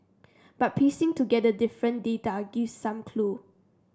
but piecing together different data gives some clue